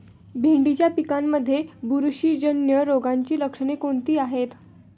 भेंडीच्या पिकांमध्ये बुरशीजन्य रोगाची लक्षणे कोणती आहेत?